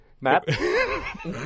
Matt